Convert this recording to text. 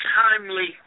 timely